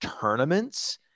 tournaments